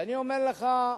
ואני אומר לך,